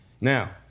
Now